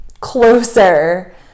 closer